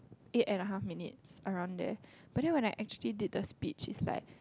eight and a half minutes around there but then when I actually did the speech is like